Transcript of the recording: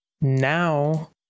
now